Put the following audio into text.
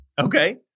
Okay